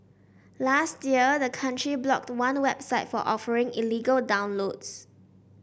last year the country blocked one website for offering illegal downloads